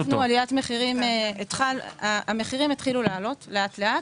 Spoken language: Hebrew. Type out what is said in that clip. המחירים התחילו לעלות לאט לאט,